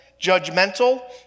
judgmental